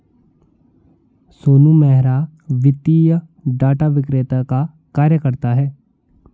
सोनू मेहरा वित्तीय डाटा विक्रेता का कार्य करता है